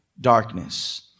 darkness